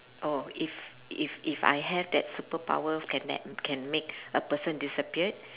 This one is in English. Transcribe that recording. oh if if if I have that superpower can that can make a person disappeared